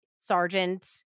Sergeant